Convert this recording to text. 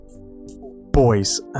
boys